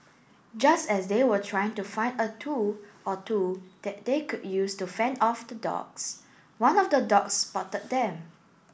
just as they were trying to find a tool or two that they could use to fend off the dogs one of the dogs spotted them